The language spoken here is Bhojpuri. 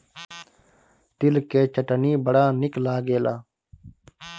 तिल के चटनी बड़ा निक लागेला